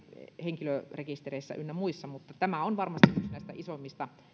henkilörekistereissä ynnä muissa tämä on varmasti yksi